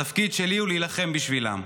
התפקיד שלי הוא להילחם בשבילם.